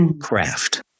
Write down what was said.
craft